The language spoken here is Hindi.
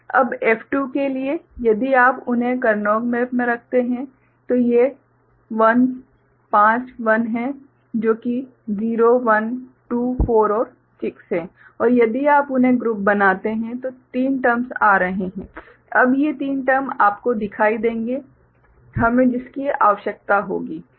अब F2 के लिए यदि आप उन्हें करनौघ मेप में रखते हैं तो ये 1s पाँच 1s हैं जो कि 0 1 2 4 और 6 हैं और यदि आप उन्हें ग्रुप बनाते हैं तो तीन टर्म्स आ रहे हैं अब ये तीन टर्म्स आपको दिखाई देंगे हमें जिसकी आवश्यकता होगी